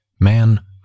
man